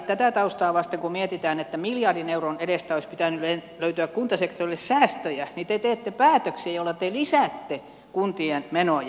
tätä taustaa vasten kun mietitään niin vaikka miljardin euron edestä olisi pitänyt löytyä kuntasektorille säästöjä te teette päätöksiä joilla te lisäätte kuntien menoja